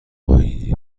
ماهیگیری